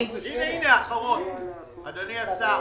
אדוני השר,